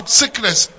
sickness